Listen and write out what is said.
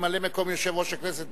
כממלא-מקום יושב-ראש הכנסת,